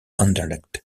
anderlecht